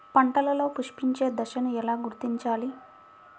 పంటలలో పుష్పించే దశను ఎలా గుర్తించాలి?